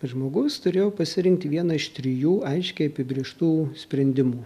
žmogus turėjo pasirinkti vieną iš trijų aiškiai apibrėžtų sprendimų